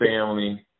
family